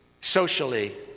socially